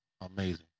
amazing